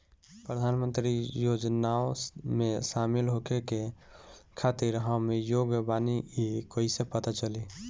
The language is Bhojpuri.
प्रधान मंत्री योजनओं में शामिल होखे के खातिर हम योग्य बानी ई कईसे पता चली?